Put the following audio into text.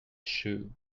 shoe